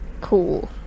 Cool